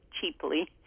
cheaply